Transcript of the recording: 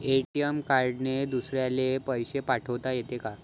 ATM कार्डने दुसऱ्याले पैसे पाठोता येते का?